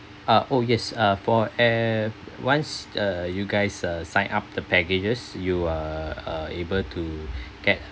uh oh yes err for eh once err you guys err sign up the packages you are uh able to get